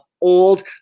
old